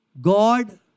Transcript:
God